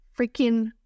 freaking